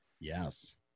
Yes